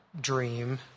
dream